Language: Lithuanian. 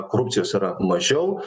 korupcijos yra mažiau